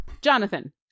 Jonathan